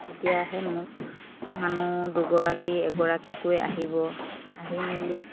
তেতিয়াহে মোক মানুহ দুগৰাকী এগৰাকীকৈ আহিব আহি মেলি